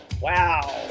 wow